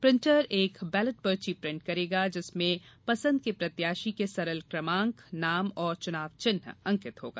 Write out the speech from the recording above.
printer एक ballot पर्ची print करेगा जिसमें पसंद के प्रत्याशी के सरल क्रमांक नाम और चुनाव चिन्ह अंकित होगा